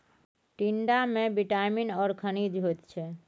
टिंडामे विटामिन आओर खनिज होइत छै